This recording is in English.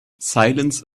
silence